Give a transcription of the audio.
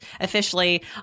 officially